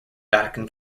vatican